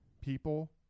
People